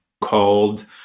called